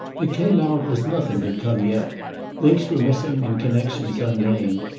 it came out as nothing had come yet links were missing and connexions unnamed,